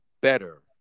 better